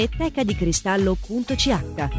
tecadicristallo.ch